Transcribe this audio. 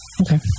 Okay